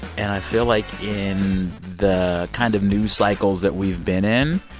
and i feel like in the kind of news cycles that we've been in,